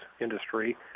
industry